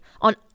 on